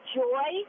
joy